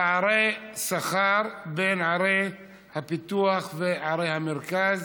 פערי שכר בין ערי הפיתוח לערי המרכז,